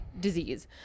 disease